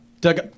Doug